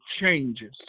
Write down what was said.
changes